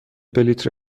بلیط